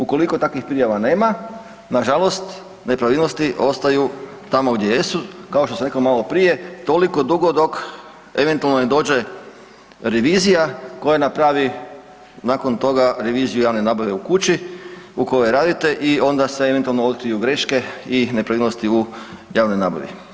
Ukoliko takvih prijava nema nažalost nepravilnosti ostaju tamo gdje jesu, kao što sam rekao malo prije toliko dugo dok eventualno ne dođe revizija koja napravi nakon toga reviziju javne nabave u kući u kojoj radite i onda se eventualno otkriju greške i nepravilnosti u javnoj nabavi.